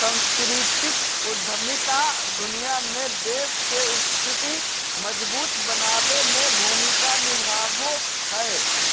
सांस्कृतिक उद्यमिता दुनिया में देश के स्थिति मजबूत बनाबे में भूमिका निभाबो हय